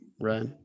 Right